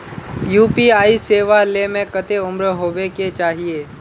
UPI सेवा ले में कते उम्र होबे के चाहिए?